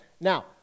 Now